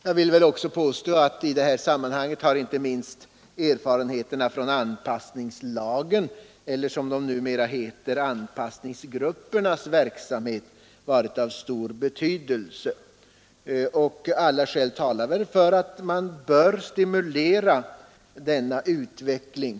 Jag vill också framhålla att i detta sammanhang har inte minst erfarenheterna från anpassningslagens eller, som det numera heter, anpassningsgruppernas verksamhet varit av stor betydelse. Alla skäl talar för att man bör stimulera denna utveckling.